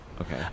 Okay